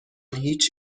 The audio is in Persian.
هیچ